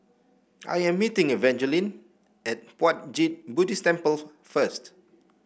I am meeting Evangeline at Puat Jit Buddhist Temple first